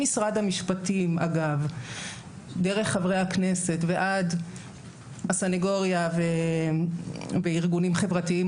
ממשרד המשפטים דרך חברי הכנסת ועד הסניגוריה וארגונים חברתיים